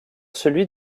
celui